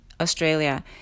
Australia